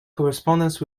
correspondence